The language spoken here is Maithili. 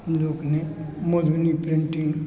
लोक नहि मधुबनी पेन्टिङ्ग